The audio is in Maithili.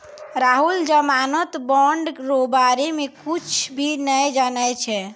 राहुल जमानत बॉन्ड रो बारे मे कुच्छ भी नै जानै छै